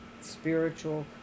spiritual